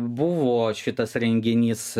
buvo šitas renginys